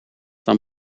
dan